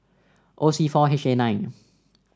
O C four H A nine